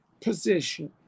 position